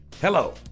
Hello